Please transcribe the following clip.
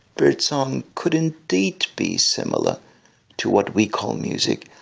birdsong could indeed be similar to what we call music,